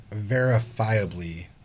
verifiably